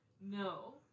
No